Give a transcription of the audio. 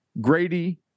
Grady